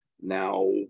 Now